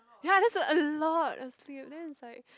ya that's like a lot of sleep then it's like